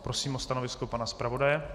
Prosím o stanovisko pana zpravodaje.